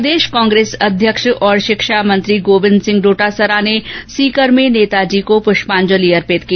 प्रदेश कांग्रेस अध्यक्ष और शिक्षा मंत्री गोविंद सिंह डोटॉसरा ने सीकर में नेताजी को प्रष्पांजलि अर्पित की